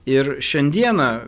ir šiandieną